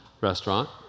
restaurant